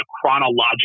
chronological